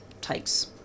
takes